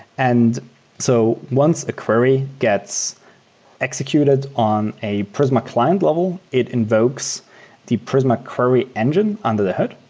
and so once a query gets executed on a prisma client level, it invokes the prisma query engine under the hood.